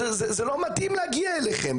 זה לא מתאים להגיע אליכם.